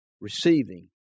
receiving